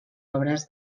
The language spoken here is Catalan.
obres